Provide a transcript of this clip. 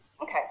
Okay